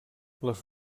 les